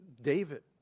David